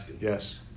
Yes